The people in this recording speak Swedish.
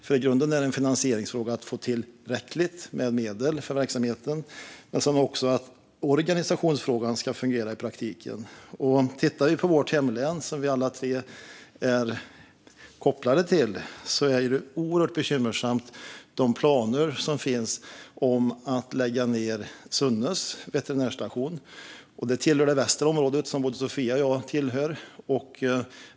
I grunden är det en finansieringsfråga att få tillräckligt med medel för verksamheten, men det krävs också att organisationen fungerar i praktiken. I länet som vi alla tre är kopplade till är det oerhört bekymmersamt med de planer som finns på att lägga ned Sunnes veterinärstation. Sunne tillhör det västra området, som både Sofia och jag tillhör.